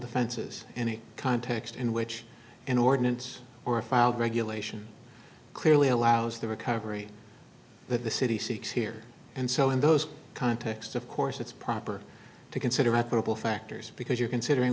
defenses any context in which an ordinance or a filed regulation clearly allows the recovery that the city seeks here and so in those context of course it's proper to consider my purple factors because you're considering